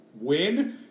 win